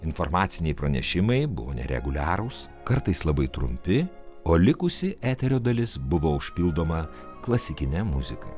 informaciniai pranešimai buvo nereguliarūs kartais labai trumpi o likusi eterio dalis buvo užpildoma klasikine muzika